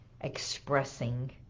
expressing